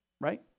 right